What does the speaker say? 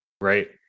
right